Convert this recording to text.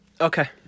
Okay